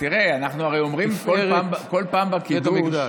תפארת בית המקדש.